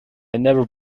never